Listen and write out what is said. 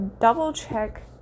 double-check